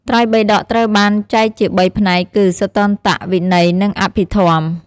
ត្រៃបិដកត្រូវបានចែកជាបីផ្នែកគឺ សុតន្ត វិន័យ និង អភិធម្ម។